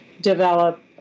develop